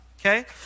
Okay